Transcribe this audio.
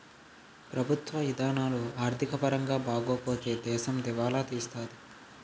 ప్రభుత్వ ఇధానాలు ఆర్థిక పరంగా బాగోపోతే దేశం దివాలా తీత్తాది